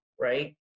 right